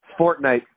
Fortnite